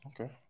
Okay